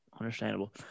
Understandable